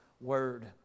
Word